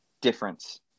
difference